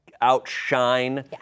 outshine